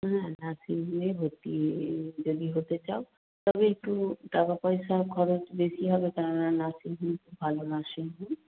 হ্যাঁ নার্সিং হোমে ভর্তি হয়ে যদি হতে চাও তবে একটু টাকাপয়সা খরচ বেশি হবে কেন না নার্সিং হোম খুব ভালো নার্সিং হোম